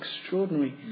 extraordinary